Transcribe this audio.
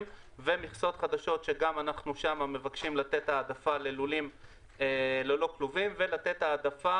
ומכסות חדשות שגם שם אנחנו מבקשים לתת העדפה ללולים ללא כלובים ולתת העדפה